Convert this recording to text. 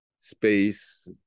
space